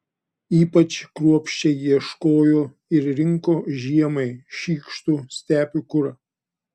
ypač kruopščiai ieškojo ir rinko žiemai šykštų stepių kurą